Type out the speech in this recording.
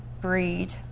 breed